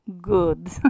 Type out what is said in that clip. Good